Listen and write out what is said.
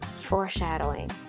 foreshadowing